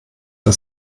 der